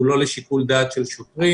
הוא לא לשיקול דעת של שוטרים.